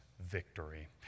victory